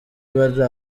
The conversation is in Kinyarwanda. bari